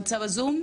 הוא נמצא בזום?